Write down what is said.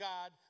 God